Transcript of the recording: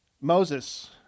Moses